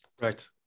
Right